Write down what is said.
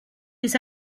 his